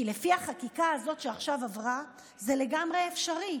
כי לפי החקיקה הזאת, שעכשיו עברה, זה לגמרי אפשרי.